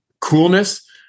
coolness